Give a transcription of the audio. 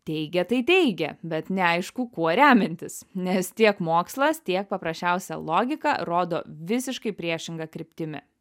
teigia tai teigia bet neaišku kuo remiantis nes tiek mokslas tiek paprasčiausia logika rodo visiškai priešinga kryptimi